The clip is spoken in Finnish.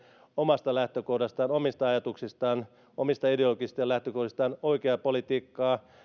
omasta lähtökohdastaan omista ajatuksistaan omista ideologisista lähtökohdistaan oikeaa politiikkaa